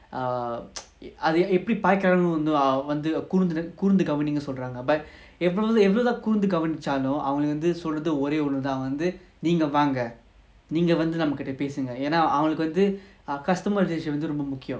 err அதுஎப்படிபாக்குறாங்கனுகூர்ந்துகவனிங்கனுசொல்ராங்க:adhu epdi paakuranganu koornthu kavaninganu solranga but எவ்ளோதான்கூர்ந்துகவனிச்சலும்அவங்கசொல்றதுஒரேஒண்ணுதான்நீங்கவாங்கநீங்கவந்துஎங்ககிட்டபேசுங்கஏனாவந்து:evlodhan koornthu kavanichalum avanga solrathu ore onnuthan neenga vanga neenga vandhu engakita pesunga yena vandhu customer satisfaction வந்துரொம்பமுக்கியம்:vandhu romba mukkiyam